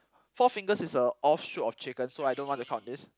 Four-Fingers is a offshoot of chicken so I don't want to count this